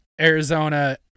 arizona